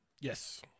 Yes